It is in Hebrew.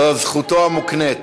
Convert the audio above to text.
זו זכותו המוקנית.